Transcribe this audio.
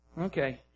Okay